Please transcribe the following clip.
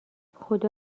خدا